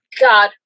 God